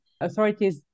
Authorities